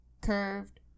curved